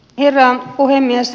herra puhemies